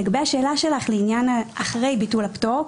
לגבי השאלה שלך לעניין אחרי ביטול הפטור,